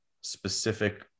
specific